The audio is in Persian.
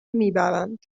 میبرند